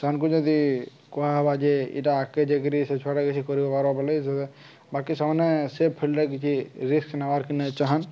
ସେମାନ୍ଙ୍କୁ ଯଦି କୁହାହେବା ଯେ ଇ'ଟା ଆଗ୍କେ ଯାଇକିରି ସେ ଛୁଆଟା କିଛି କରିପାର୍ବ ବୋଲି ବାକି ସେମାନେ ସେ ଫିଲ୍ଡରେ କିଛି ରିସ୍କ ନେବାର୍ କେ ନାଇ ଚାହାଁନ୍